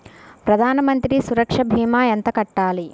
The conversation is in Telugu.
ప్రధాన మంత్రి సురక్ష భీమా ఎంత కట్టాలి?